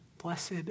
Blessed